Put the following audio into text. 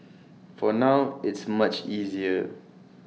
for now it's much easier